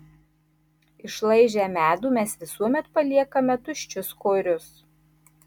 išlaižę medų mes visuomet paliekame tuščius korius